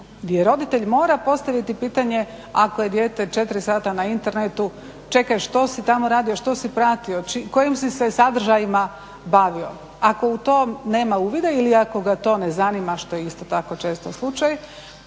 gdje roditelj mora postaviti pitanje ako je dijete 4 sata na internetu čekaj što si tamo radio, što si pratio, kojim si se sadržajima bavio. Ako u to nema uvida ili ako ga to ne zanima što je isto tako često slučaj,